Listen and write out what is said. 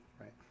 right